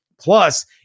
plus